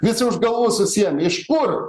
visi už galvos susiėmė iš kur